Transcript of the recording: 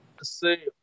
say